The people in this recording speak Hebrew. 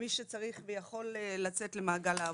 למי שצריך ויכול לצאת למעגל העבודה.